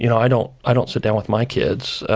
you know i don't i don't sit down with my kids